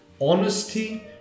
honesty